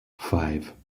five